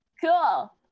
Cool